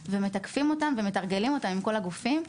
ומתקפים אותם ומתרגלים אותם עם כל הגופים.